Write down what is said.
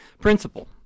Principle